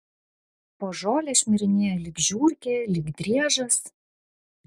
po žolę šmirinėja lyg žiurkė lyg driežas